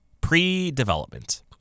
pre-development